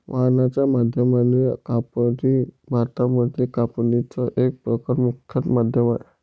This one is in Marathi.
वाहनाच्या माध्यमाने कापणी भारतामध्ये कापणीच एक प्रख्यात माध्यम आहे